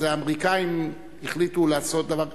אז האמריקנים החליטו לעשות דבר,